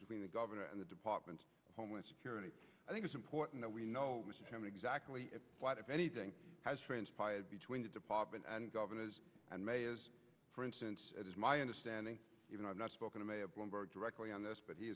between the governor and the department of homeland security i think it's important that we know exactly what if anything has transpired between the department and governors and mayors for instance it is my understanding even i've not spoken to mayor bloomberg directly on this but he